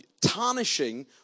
tarnishing